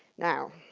now,